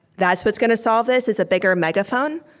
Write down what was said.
that's what's gonna solve this, is a bigger megaphone?